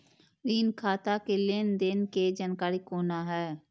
ऋण खाता के लेन देन के जानकारी कोना हैं?